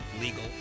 legal